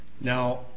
Now